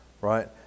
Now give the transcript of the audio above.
right